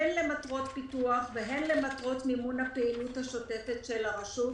הן למטרות פיתוח והן לצורך מימון הפעילות השוטפת של הרשות,